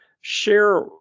share